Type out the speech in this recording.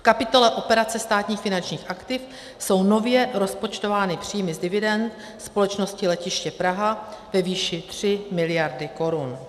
V kapitole Operace státních finančních aktiv jsou nově rozpočtovány příjmy z dividend společnosti Letiště Praha ve výši 3 mld. korun.